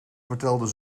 vertelden